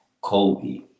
kobe